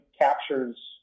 captures